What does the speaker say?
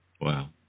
Wow